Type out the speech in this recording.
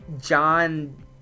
John